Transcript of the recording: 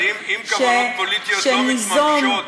אבל אם כוונות פוליטיות לא מתממשות,